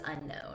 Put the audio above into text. unknown